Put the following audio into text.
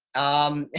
um,